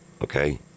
Okay